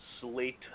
slate